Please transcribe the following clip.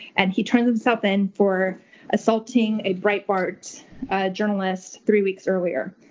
and he turns himself in for assaulting a breitbart journalist three weeks earlier.